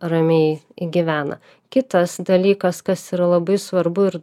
ramiai gyvena kitas dalykas kas yra labai svarbu ir